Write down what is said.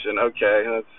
Okay